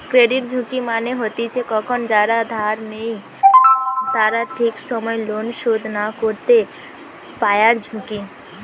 credit ঝুঁকি মানে হতিছে কখন যারা ধার নেই তারা ঠিক সময় লোন শোধ না করতে পায়ারঝুঁকি